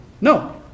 No